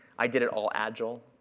i did it all agile,